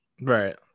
Right